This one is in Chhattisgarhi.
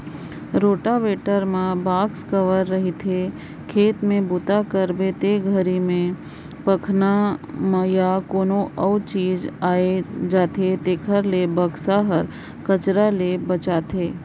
रोटावेटर म बाक्स कवर रहिथे, खेत में बूता करबे ते घरी में पखना या कोनो अउ चीज आये जाथे तेखर ले बक्सा हर कचरा ले बचाथे